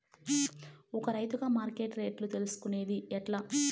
ఒక రైతుగా మార్కెట్ రేట్లు తెలుసుకొనేది ఎట్లా?